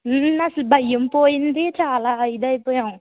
నాకు బయం పోయింది చాలా ఇదైపోయాం